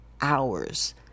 hours